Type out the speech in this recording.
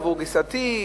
עבור גיסתי,